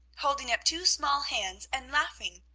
holding up two small hands and laughing.